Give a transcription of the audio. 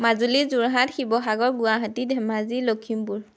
Majuli Jorhat Sivasagar Guwahati Dhemaji Lakhimpur